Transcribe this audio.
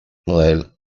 well